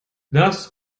das